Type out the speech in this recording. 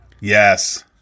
yes